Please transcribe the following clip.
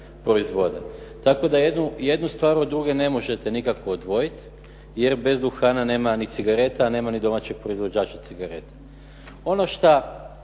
tako da jednu stvar od druge ne možete nikako odvojiti jer bez duhana nema ni cigareta, nema ni domaćeg proizvođača cigareta.